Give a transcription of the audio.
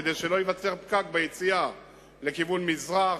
כדי שלא ייווצר פקק ביציאה לכיוון מזרח,